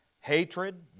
hatred